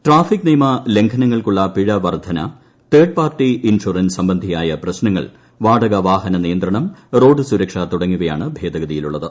traffic നിയമ ലംഘനങ്ങൾക്കുള്ള പിഴ വർദ്ധന തേർഡ് പാർട്ടി ഇൻഷുറൻസ് സംബന്ധിയായ പ്രശ്നങ്ങൾ വാടക വാഹന നിയന്ത്രണം റോഡ് സുരക്ഷ തുടങ്ങിയവയാണ് ഭേദഗതിയിലുള്ളത്